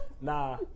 nah